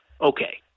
Okay